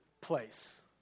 place